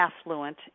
affluent